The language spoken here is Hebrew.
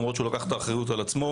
למרות שהוא לקח את האחריות על עצמו.